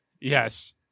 Yes